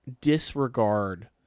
disregard